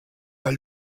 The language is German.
der